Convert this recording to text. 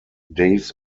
days